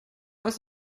als